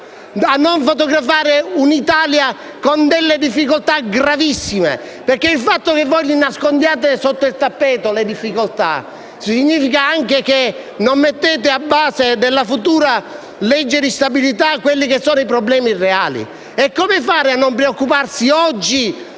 a non fotografare un'Italia con delle difficoltà gravissime? Perché il fatto che voi nascondiate sotto il tappeto le difficoltà significa che non ponete come base della futura legge di stabilità i problemi reali. E come fare a non preoccuparsi oggi